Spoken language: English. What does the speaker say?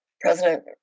President